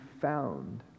found